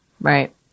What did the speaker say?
Right